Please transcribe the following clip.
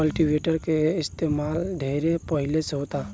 cultivator के इस्तमाल ढेरे पहिले से होता